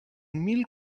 mil